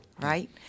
right